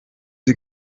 sie